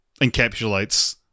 encapsulates